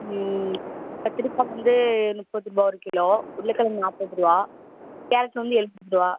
கத்திரிக்காய் வந்து முப்பது ரூபா ஒரு கிலோ உருளைக்கெழங்கு நாற்பது ரூபா கேரட் வந்து எழுபது ரூபா